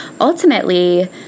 Ultimately